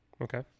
Okay